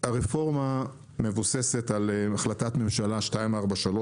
הרפורמה מבוססת על החלטת ממשלה 243,